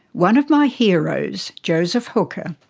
one of my heroes, joseph hooker,